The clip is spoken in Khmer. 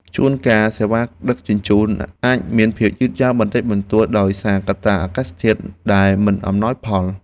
ជួនកាលសេវាដឹកជញ្ជូនអាចមានភាពយឺតយ៉ាវបន្តិចបន្តួចដោយសារកត្តាអាកាសធាតុដែលមិនអំណោយផល។